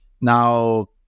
now